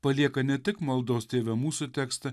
palieka ne tik maldos tėve mūsų tekstą